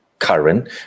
Current